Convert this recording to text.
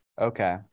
Okay